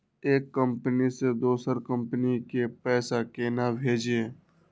एक कंपनी से दोसर कंपनी के पैसा केना भेजये?